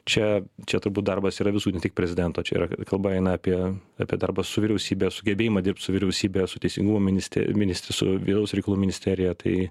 čia čia turbūt darbas yra visų ne tik prezidento čia yra kalba eina apie apie darbą su vyriausybe sugebėjimą dirbt su vyriausybe su teisingumo ministre minist su vidaus reikalų ministerija tai